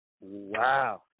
Wow